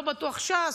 לא בטוח ש"ס,